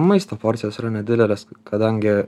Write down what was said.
maisto porcijos yra nedidelės kadangi